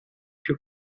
più